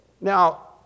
Now